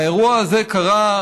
האירוע הזה קרה,